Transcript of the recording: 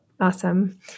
Awesome